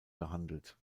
gehandelt